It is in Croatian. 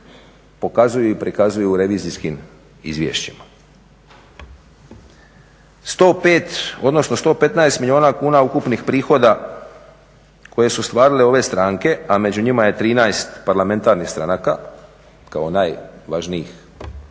pokazuju i prikazuju u revizijskim izvješćima. 105 odnosno 115 milijuna kuna ukupnih prihoda koje su ostvarile ove stranke, a među njima je 13 parlamentarnih stranaka kao najvažnijih